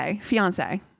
fiance